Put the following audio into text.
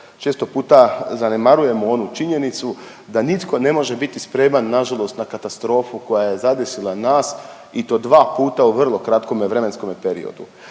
Često puta zanemarujemo onu činjenicu da nitko ne može biti spreman nažalost na katastrofu koja je zadesila nas i to dva puta u vrlo kratkome vremenskome periodu.